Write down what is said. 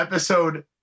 episode